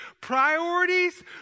priorities